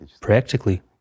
practically